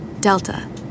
Delta